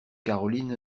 caroline